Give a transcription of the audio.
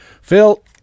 Phil